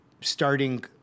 starting